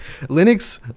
Linux